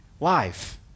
Life